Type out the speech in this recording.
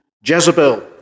Jezebel